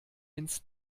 ins